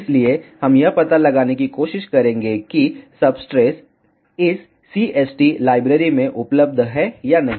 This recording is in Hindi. इसलिए हम यह पता लगाने की कोशिश करेंगे कि सब्सट्रेट इस CST लाइब्रेरी में उपलब्ध है या नहीं